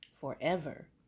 forever